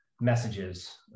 messages